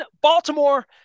Baltimore